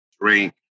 drink